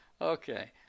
Okay